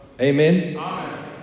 Amen